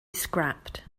scrapped